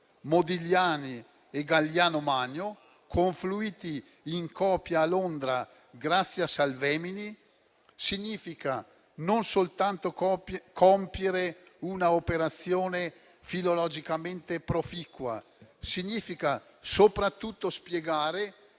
Modigliani e Galliano Magno (confluiti in copia a Londra grazie a Salvemini) significa non soltanto compiere una operazione filologicamente proficua, ma anche e soprattutto spiegare